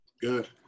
Good